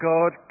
God